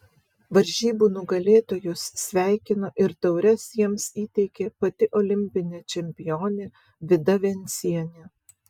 varžybų nugalėtojus sveikino ir taures jiems įteikė pati olimpinė čempionė vida vencienė